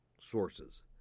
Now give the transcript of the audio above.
sources